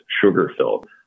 sugar-filled